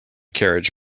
carriage